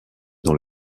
dans